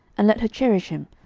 and let her cherish him,